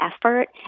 effort